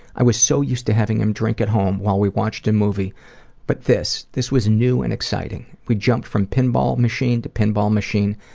i was so used to having him drink at home while we watched a movie but this, this was new and exciting. we jumped from pinball machine to pinball machine,